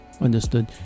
understood